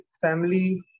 family